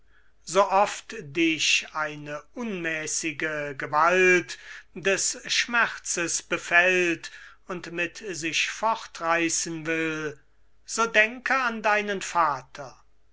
so oft dich eine unmäßige gewalt des schmerzes befällt und mit sich fortreißen will so denke an deinen vater